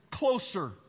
Closer